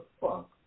fuck